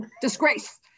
disgrace